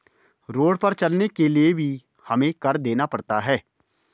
road पर चलने के लिए भी हमें कर देना पड़ता है